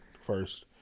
first